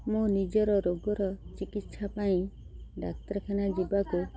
ମୁଁ ନିଜର ରୋଗର ଚିକିତ୍ସା ପାଇଁ ଡାକ୍ତରଖାନା ଯିବାକୁ